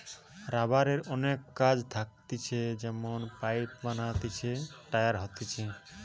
রাবারের অনেক কাজ থাকতিছে যেমন পাইপ বানাতিছে, টায়ার হতিছে